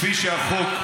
כפי שהחוק,